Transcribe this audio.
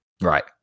Right